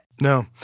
No